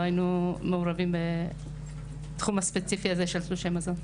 לא היינו מעורבים בתחום הספציפי הזה של תלושי מזון.